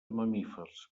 mamífers